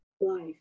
Life